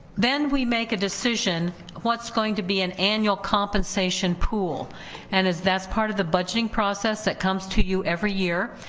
then we make a decision what's going to be an annual compensation pool and that's part of the budgeting process that comes to you ever year.